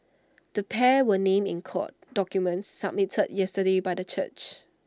the pair were named in court documents submitted yesterday by the church